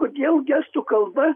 kodėl gestų kalba